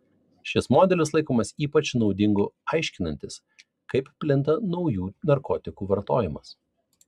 šis modelis laikomas ypač naudingu aiškinantis kaip plinta naujų narkotikų vartojimas